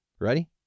Ready